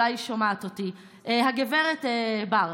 אולי היא שומעת אותי: הגברת בר,